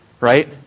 Right